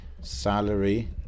salary